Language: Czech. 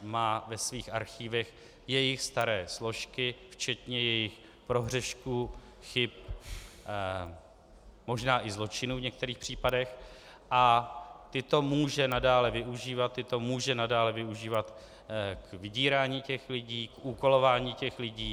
má ve svých archivech jejich staré složky včetně jejich prohřešků, chyb, možná i zločinů v některých případech a tyto může nadále využívat, tyto může nadále využívat k vydírání těch lidí, k úkolování těch lidí.